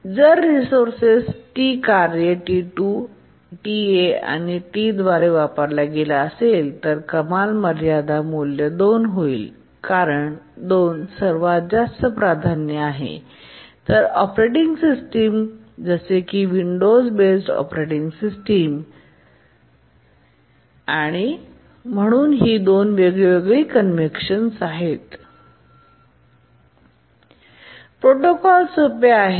जर resources T कार्ये T२ Ta आणि T द्वारे वापरला गेला असेल तर कमाल मर्यादा मूल्य २ होईल कारण २ सर्वात जास्त प्राधान्य आहे तर ऑपरेटिंग सिस्टममध्ये जसे की विंडोज बेस्ड ऑपरेटिंग सिस्टम हे आहे आणि म्हणून आम्ही ही दोन वेगळी कन्वेन्शनस वापरत आहोत प्रोटोकॉल सोपे आहे